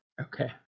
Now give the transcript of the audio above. Okay